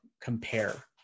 compare